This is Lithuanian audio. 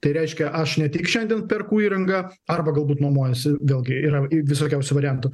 tai reiškia aš ne tik šiandien perku įrangą arba galbūt nojuojuosi vėlgi yra visokiausių variantų